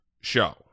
show